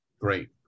Great